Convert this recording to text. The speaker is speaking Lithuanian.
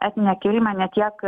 etninę kilmę ne tiek